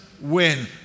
win